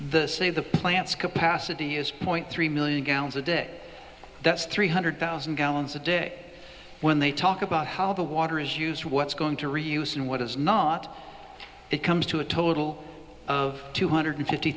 the say the plant's capacity is point three million gallons a day that's three hundred thousand gallons a day when they talk about how the water is used what's going to reuse and what is not the comes to a total of two hundred fifty